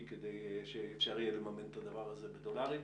כדי שאפשר יהיה לממן את הדבר הזה בדולרים.